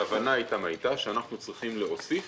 ההבנה איתן הייתה שאנחנו צריכים להוסיף